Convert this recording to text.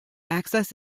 access